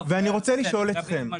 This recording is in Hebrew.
טוב, תבין מה שאתה רוצה.